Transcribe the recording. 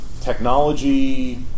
Technology